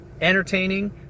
Entertaining